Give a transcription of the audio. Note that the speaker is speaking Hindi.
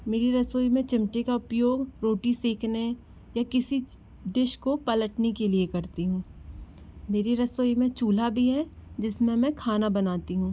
मेरी रसोई में चिमटे का उपयोग रोटी सेकने या किसी डिश को पलटने के लिए करती हूँ मेरी रसोई में चूल्हा भी है जिसमें मैं खाना बनाती हूँ